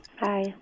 Hi